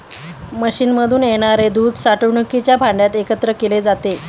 मशीनमधून येणारे दूध साठवणुकीच्या भांड्यात एकत्र केले जाते